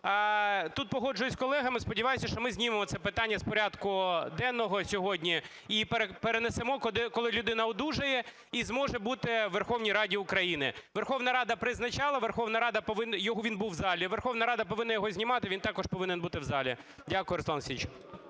Тут погоджуюсь із колегами, сподіваюся, що ми знімемо це питання з порядку денного сьогодні і перенесено, коли людина одужає і зможе бути у Верховній Раді України. Верховна Рада призначала, Верховна Рада повинна… і він був у залі, Верховна Рада